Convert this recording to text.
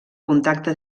contacte